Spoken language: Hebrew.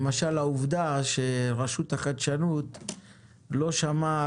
למשל העובדה שרשות החדשנות לא שמעה